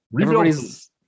Everybody's